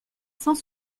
cent